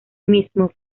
mismo